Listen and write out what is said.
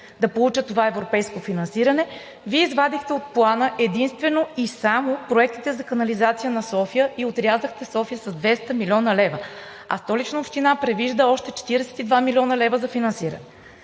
да получат това европейско финансиране. Вие извадихте от Плана единствено и само проектите за канализация на София и отрязахте София с 200 млн. лв., а Столична община предвижда още 42 млн. лв. за финансиране.